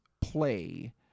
play